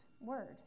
word